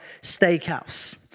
steakhouse